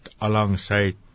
alongside